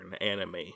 anime